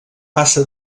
passa